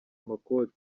amakote